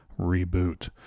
Reboot